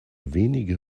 wenige